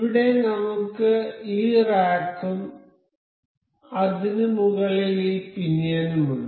ഇവിടെ നമുക്ക് ഈ റാക്കും അതിനുമുകളിൽ ഈ പിനിയനുമുണ്ട്